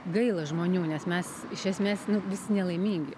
gaila žmonių nes mes iš esmės nu visi nelaimingi